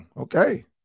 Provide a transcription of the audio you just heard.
okay